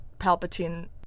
Palpatine